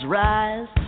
rise